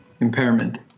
Impairment